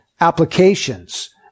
applications